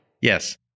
Yes